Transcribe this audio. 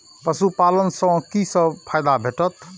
पशु पालन सँ कि सब फायदा भेटत?